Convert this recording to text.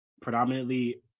predominantly